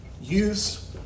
use